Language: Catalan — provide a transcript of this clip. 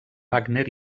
wagner